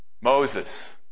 Moses